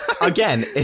Again